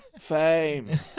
Fame